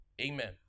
amen